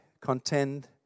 contend